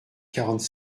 quarante